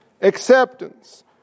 acceptance